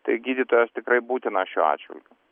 tai gydytojas tikrai būtinas šiuo atžvilgiu